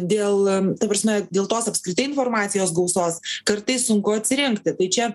dėl ta prasme dėl tos apskritai informacijos gausos kartais sunku atsirinkti tai čia